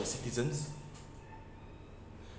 citizens